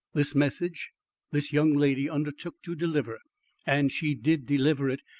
this message this young lady undertook to deliver, and she did deliver it,